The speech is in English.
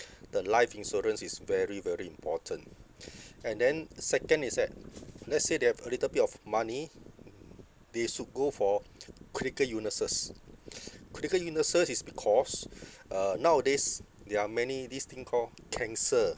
the life insurance is very very important and then second is that let's say they have a little bit of money they should go for critical illnesses critical illnesses is because uh nowadays there are many this thing called cancer